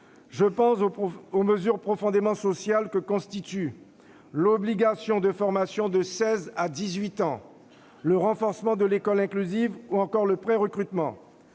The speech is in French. je pense aussi aux mesures profondément sociales que constituent l'obligation de formation de 16 à 18 ans, le renforcement de l'école inclusive ou encore le prérecrutement.